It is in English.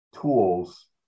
tools